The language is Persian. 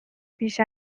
پیش